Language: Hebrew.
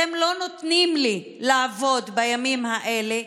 אתם לא נותנים לי לעבוד בימים האלה.